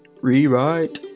rewrite